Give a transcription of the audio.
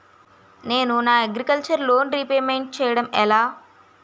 నేను నా agriculture loan repayment చేయడం ఎలా?